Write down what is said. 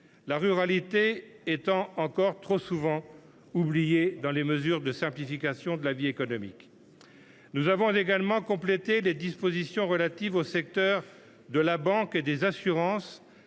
la ruralité étant encore trop souvent oubliée dans les mesures de simplification de la vie économique. Nous avons en outre complété les dispositions relatives aux secteurs de la banque et des assurances,